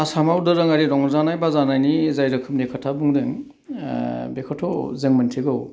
आसामाव दोरोङारि रंजानाय बाजानायनि जाय रोखोमनि खोथा बुंदों बेखौथ' जों मोनथिगौ